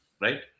Right